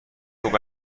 گفت